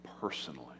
personally